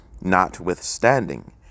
Notwithstanding